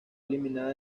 eliminada